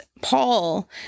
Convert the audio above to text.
Paul